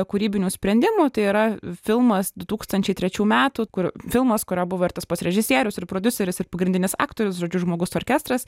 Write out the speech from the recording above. kūrybinių sprendimų tai yra filmas du tūkstančiai trečių metų kur filmas kurio buvo ir tas pats režisierius ir prodiuseris ir pagrindinis aktorius žodžiu žmogus orkestras